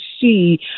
see